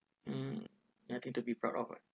mm nothing to be proud of lah